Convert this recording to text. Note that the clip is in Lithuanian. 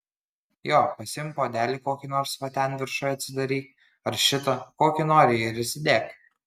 jo pasiimk puodelį kokį nors va ten viršuj atsidaryk ar šitą kokį nori ir įsidėk